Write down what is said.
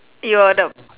you are the